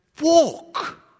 walk